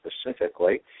specifically